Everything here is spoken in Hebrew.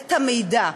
את המידע.